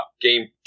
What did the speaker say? game